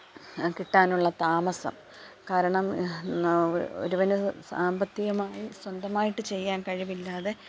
കിട്ടാനുള്ള താമസം കാരണം ഒരുവന് സാമ്പത്തികമായും സ്വന്തമായിട്ട് ചെയ്യാന് കഴിവില്ലാതെ